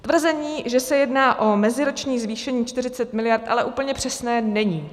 Tvrzení, že se jedná o meziroční zvýšení 40 mld., ale úplně přesné není.